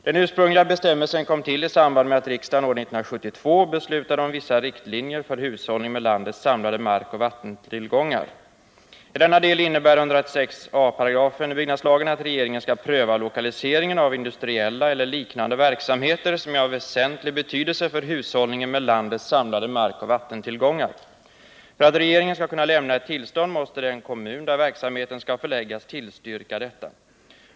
Den ursprungliga bestämmelsen kom till i samband med att riksdagen år 1972 beslutade om vissa riktlinjer för hushållning med landets samlade markoch vattentillgångar. I denna del innebär 136 a § BL att regeringen skall pröva lokaliseringen av industriella eller liknande verksamheter som är av väsentlig betydelse för hushållningen med landets samlade markoch vattentillgångar. För att regeringen skall kunna lämna ett tillstånd måste den kommun där verksamheten skall förläggas tillstyrka detta.